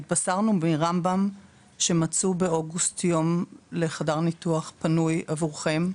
התבשרנו מרמב"ם שמצאו באוגוסט יום לחדר ניתוח פנוי עבורכם.